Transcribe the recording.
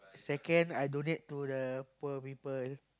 second I donate to the poor people